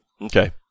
Okay